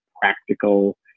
practical